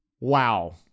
Wow